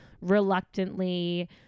reluctantly